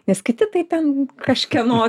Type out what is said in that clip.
nes kiti tai ten kažkieno